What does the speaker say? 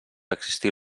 existir